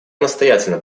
настоятельно